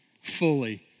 fully